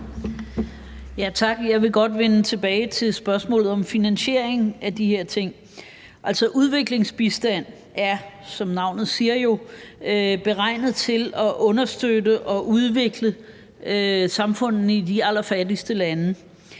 Tak. Jeg vil godt vende tilbage til spørgsmålet om finansieringen af de her ting. Altså, udviklingsbistand er, som navnet jo siger, beregnet til at understøtte og udvikle samfundene i de allerfattigste lande.